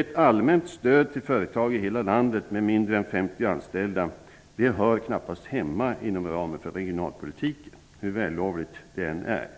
Ett allmänt stöd till företag i hela landet med mindre än 50 anställda hör knappast hemma inom ramen för regionalpolitiken, hur vällovligt det än är.